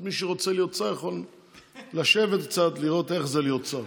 אז מי שרוצה להיות שר יכול לשבת קצת ולראות איך זה להיות שר.